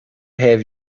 have